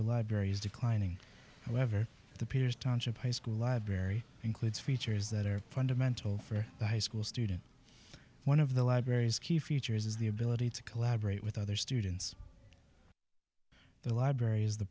a library is declining whether the peers township high school library includes features that are fundamental for the high school student one of the library's key features is the ability to collaborate with other students the library